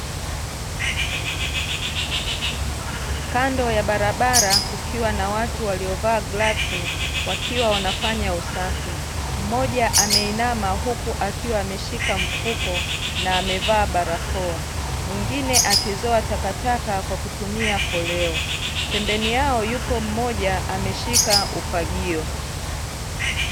Kando ya barabara kukiwa na watu waliovaa glavzi wakiwa wanafanya usafi, mmoja ameinama huku akiwa ameshika mfuko na amevaa barakoa, mwingine akizoa takataka kwa kutumia koleo, pembeni yao yupo mmoja ameshika ufagio .